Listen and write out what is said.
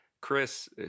Chris